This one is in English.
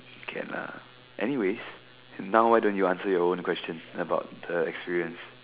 can lah anyways now why don't you answer your own question about the experience